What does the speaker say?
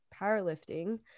powerlifting